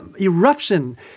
eruption